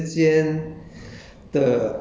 可是就是